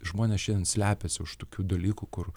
žmonės šiandien slepiasi už tokių dalykų kur